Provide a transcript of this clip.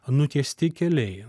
nutiesti keliai